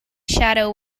shadow